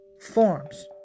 forms